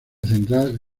central